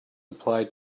applied